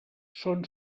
són